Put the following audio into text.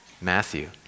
Matthew